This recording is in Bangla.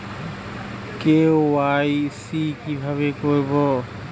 কে.ওয়াই.সি কিভাবে করব?